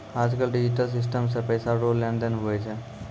आज कल digital system से पैसा रो लेन देन हुवै छै